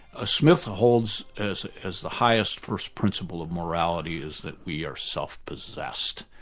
ah smith holds as as the highest first principle of morality is that we are self-possessed,